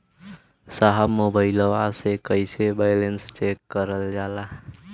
साहब मोबइलवा से कईसे बैलेंस चेक करल जाला?